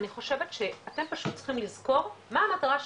אני חושבת שאתם פשוט צריכים לזכור מה המטרה שלכם?